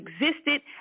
existed